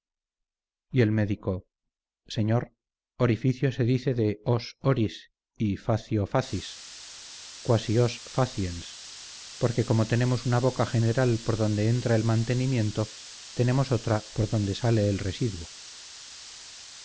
y el médico señor orificio se dice de os oris y facio facis quasi os faciens porque como tenemos una boca general por donde entra el mantenimiento tenemos otra por donde sale el residuo